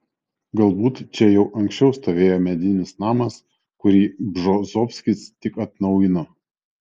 galbūt čia jau anksčiau stovėjo medinis namas kurį bžozovskis tik atnaujino